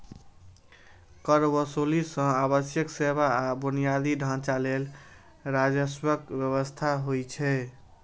कर वसूली सं आवश्यक सेवा आ बुनियादी ढांचा लेल राजस्वक व्यवस्था होइ छै